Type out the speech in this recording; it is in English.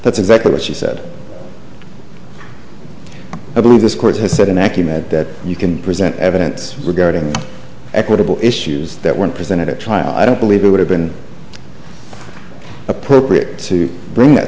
that's exactly what she said i believe this court has said in acting that you can present evidence regarding equitable issues that weren't presented at trial i don't believe it would have been appropriate to bring that